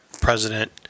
president